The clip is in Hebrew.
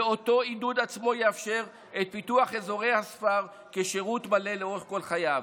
ואותו עידוד עצמו יאפשר את פיתוח אזורי הספר כשירות מלא לאורך כל חייו.